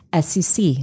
SEC